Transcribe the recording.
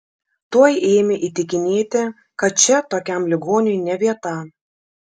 tuoj ėmė įtikinėti kad čia tokiam ligoniui ne vieta